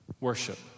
worship